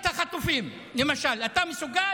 אתה מסוגל?